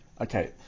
okay